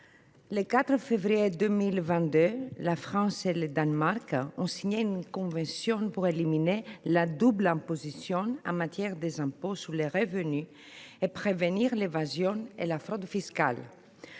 le 4 février 2022, la France et le Danemark ont signé une convention pour éliminer la double imposition en matière d’impôts sur le revenu et prévenir l’évasion et la fraude fiscales.